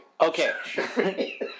Okay